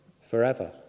forever